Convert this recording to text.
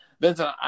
Vincent